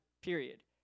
period